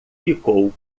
ficou